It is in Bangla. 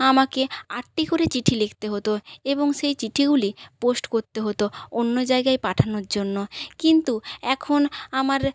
আমাকে আটটি করে চিঠি লিখতে হতো এবং সেই চিঠিগুলি পোস্ট করতে হতো অন্য জায়গায় পাঠানোর জন্য কিন্তু এখন আমার